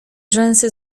rzęsy